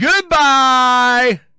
Goodbye